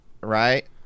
Right